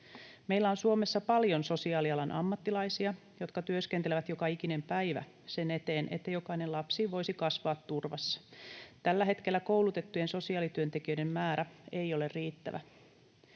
Meillä on Suomessa paljon sosiaalialan ammattilaisia, jotka työskentelevät joka ikinen päivä sen eteen, että jokainen lapsi voisi kasvaa turvassa. Tällä hetkellä koulutettujen sosiaalityöntekijöiden määrä ei ole riittävä.